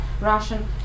Russian